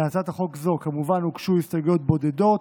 להצעת חוק זו כמובן הוגשו הסתייגויות בודדות,